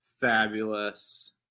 Fabulous